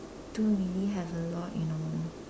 don't really have a lot you know